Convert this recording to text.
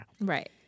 Right